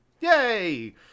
Yay